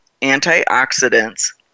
antioxidants